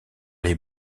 les